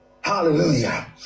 hallelujah